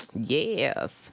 yes